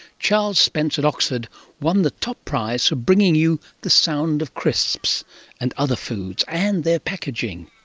charles spence at oxford won the top prize for bringing you the sound of crisps and other foods, and their packaging.